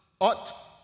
ought